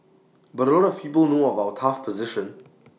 but A lot of people know about our tough position